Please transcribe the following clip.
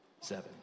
seven